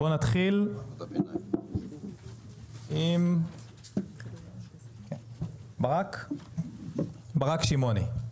נתחיל עם ברק שמעוני,